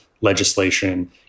legislation